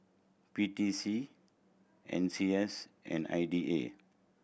P T C N C S and I D A